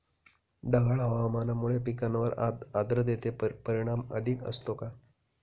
ढगाळ हवामानामुळे पिकांवर आर्द्रतेचे परिणाम अधिक असतो का?